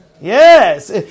Yes